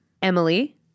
Emily